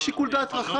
יש שיקול דעת רחב.